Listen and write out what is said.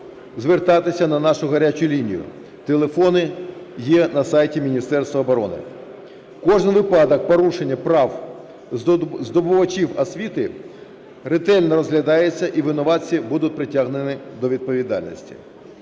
звертатися на нашу "гарячу лінію", телефони є на сайті Міністерства оборони. Кожен випадок порушення прав здобувачів освіти ретельно розглядається і винуватці будуть притягнені до відповідальності.